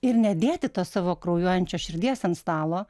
ir nedėti tos savo kraujuojančios širdies ant stalo